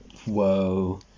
Whoa